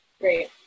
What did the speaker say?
Great